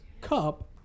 cup